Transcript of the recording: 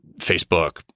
facebook